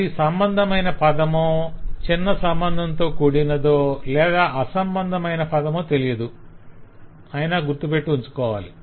అది సంబంధమైన పదమో చిన్న సంబంధంతో కూడినదో లేదా అసంబంధమైన పదమో తెలియదు అయినా గుర్తు పెట్టి ఉంచుకోవాలి